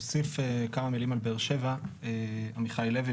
עמיחי לוי,